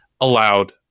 allowed